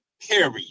Period